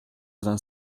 vingt